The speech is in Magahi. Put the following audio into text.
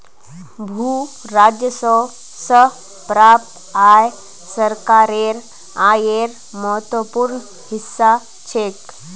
भू राजस्व स प्राप्त आय सरकारेर आयेर महत्वपूर्ण हिस्सा छेक